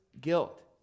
guilt